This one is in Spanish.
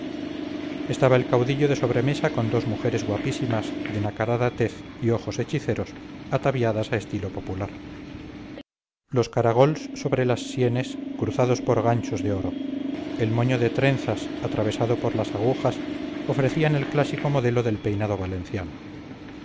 estaba el caudillo de sobremesa con dos mujeres guapísimas de nacarada tez y ojos hechiceros ataviadas a estilo popular los caragols sobre las sienes cruzados por ganchos de oro el moño de trenzas atravesado por las agujas ofrecían el clásico modelo del peinado valenciano